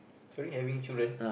is only having children